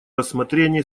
рассмотрения